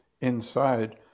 inside